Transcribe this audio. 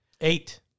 Eight